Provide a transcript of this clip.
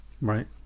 Right